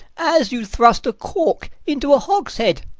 as you'd thrust a cork into a hogshead.